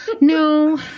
No